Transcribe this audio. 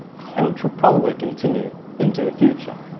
and which will probably continue into the future.